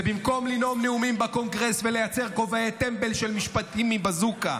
זה במקום לנאום נאומים בקונגרס ולייצר כובעי טמבל של משפטים מבזוקה.